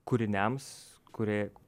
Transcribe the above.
kūriniams kurie